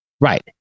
Right